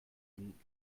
ihn